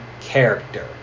character